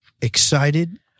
excited